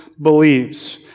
believes